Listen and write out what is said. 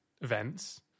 events